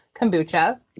kombucha